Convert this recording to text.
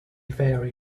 vary